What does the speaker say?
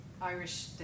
Irish